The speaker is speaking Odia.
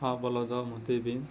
ହଁ ବଲଦ ମୋତେ ବିନ୍ଧ